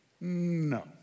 No